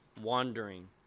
wandering